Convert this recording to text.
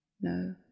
No